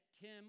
Tim